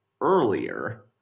earlier